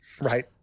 right